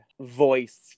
voice